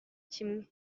kimwe